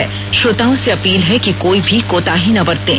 इसलिए सभी श्रोताओं से अपील है कि कोई भी कोताही ना बरतें